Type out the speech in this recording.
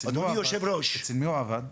אצל מי הוא עבד?